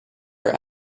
are